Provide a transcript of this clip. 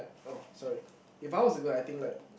oh sorry if I was a girl I think like